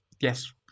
yes